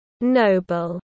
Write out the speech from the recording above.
noble